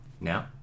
Now